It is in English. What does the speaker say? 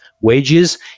wages